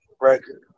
record